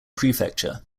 prefecture